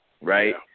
Right